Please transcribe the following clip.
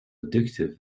addictive